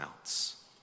else